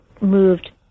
moved